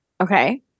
Okay